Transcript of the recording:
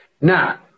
Now